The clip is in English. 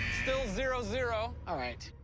still zero zero. all right.